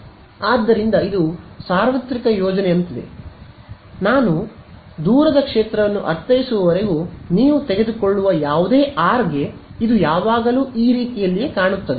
ಆದ್ದರಿಂದ ಇದು ಸಾರ್ವತ್ರಿಕ ಯೋಜನೆಯಂತಿದೆ ನಾನು ದೂರದ ಕ್ಷೇತ್ರವನ್ನು ಅರ್ಥೈಸುವವರೆಗೂ ನೀವು ತೆಗೆದುಕೊಳ್ಳುವ ಯಾವುದೇ r ಗೆ ಇದು ಯಾವಾಗಲೂ ಈ ರೀತಿಯಲ್ಲಿಯೇ ಕಾಣುತ್ತದೆ